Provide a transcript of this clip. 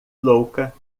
louca